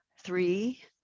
three